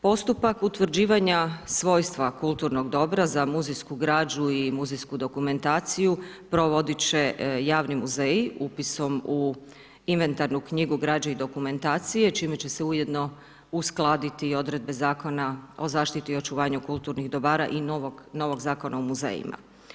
Postupak utvrđivanja svojstva kulturnog dobra, za muzejsku građu i muzejsku dokumentaciju, provodit će javni muzeji upisom u inventarnu knjigu građe i dokumentacije, čime će se ujedno uskladiti i odredbe Zakona o zaštiti i očuvanju kulturnih dobara i novog Zakona o muzejima.